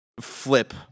flip